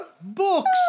Books